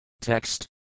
Text